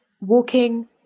walking